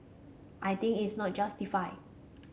I think is not justified